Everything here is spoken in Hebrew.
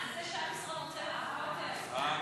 ההצעה להעביר את הנושא לוועדת הפנים והגנת הסביבה נתקבלה.